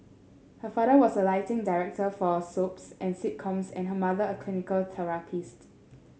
her father was a lighting director for soaps and sitcoms and her mother a clinical therapist